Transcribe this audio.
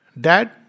Dad